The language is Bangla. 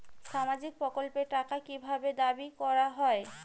সামাজিক প্রকল্পের টাকা কি ভাবে দাবি করা হয়?